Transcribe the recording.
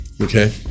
Okay